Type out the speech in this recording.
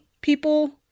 people